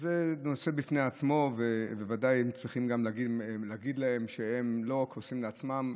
שזה נושא בפני עצמו ובוודאי צריך גם להגיד להם שהם לא רק הורסים לעצמם,